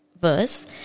verse